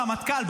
הרמטכ"ל,